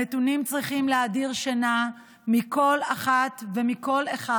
הנתונים צריכים להדיר שינה מעיני כל אחת וכל אחד.